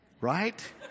Right